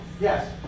Yes